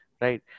Right